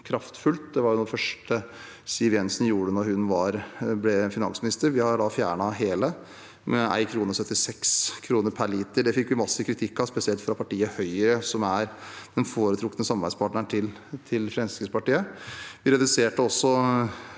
Det var noe av det første Siv Jensen gjorde da hun ble finansminister. Vi har fjernet hele avgiften, 1,76 kr per liter. Det fikk vi massiv kritikk for, spesielt fra partiet Høyre, som er den foretrukne samarbeidspartneren til Fremskrittspartiet. Vi reduserte også